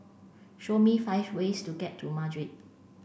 show me five ways to get to Madrid